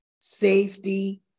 safety